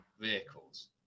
vehicles